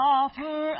offer